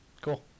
Cool